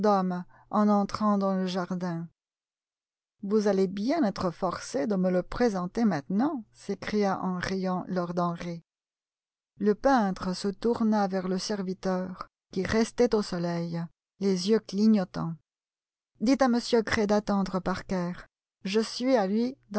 en entrant dans le jardin vous allez bien être forcé de me le présenter maintenant s'écria en riant lord henry le peintre se tourna vers le serviteur qui restait au soleil les yeux clignotants dites à m gray d'attendre parker je suis à lui